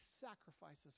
sacrifices